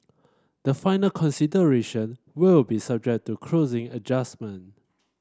the final consideration will be subject to closing adjustment